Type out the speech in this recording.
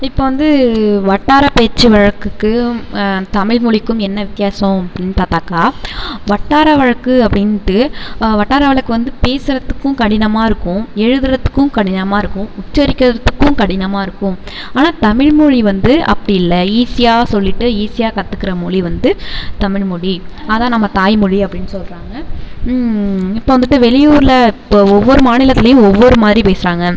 இப்போ வந்து வட்டார பேச்சு வழக்குக்கும் தமிழ்மொலிக்கும் என்ன வித்தியாசம் அப்படின்னு பார்த்தாக்கா வட்டார வழக்கு அப்படின்ட்டு வட்டார வழக்கு வந்து பேசுறத்துக்கும் கடினமாக இருக்கும் எழுதுகிறத்துக்கும் கடினமாக இருக்கும் உச்சரிக்கிறத்துக்கும் கடினமாக இருக்கும் ஆனால் தமிழ்மொழி வந்து அப்படி இல்லை ஈஸியாக சொல்லிட்டு ஈஸியாக கத்துக்கிற மொழி வந்து தமிழ்மொலி அதுதான் நம்ம தாய்மொழி அப்படின்னு சொல்கிறாங்க இப்போ வந்துட்டு வெளியூர்ல இப்போ ஒவ்வொரு மாநிலத்திலையும் ஒவ்வொரு மாதிரி பேசுகிறாங்க